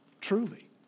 truly